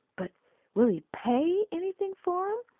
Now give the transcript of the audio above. but will he pay anything for em?